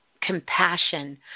compassion